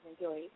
enjoy